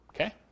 Okay